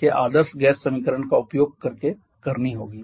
के आदर्श गैस समीकरण का उपयोग करके करनी होगी